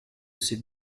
ces